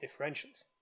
differentials